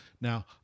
Now